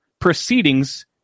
proceedings